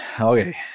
okay